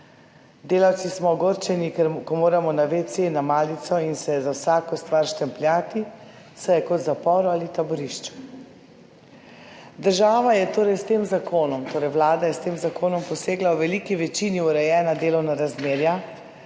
"Delavci smo ogorčeni, ker ko moramo na WC, na malico in se za vsako stvar štempljati, saj je kot v zaporu ali taborišču". Država je torej s tem zakonom, torej Vlada je s tem zakonom posegla v veliki večini urejena delovna razmerja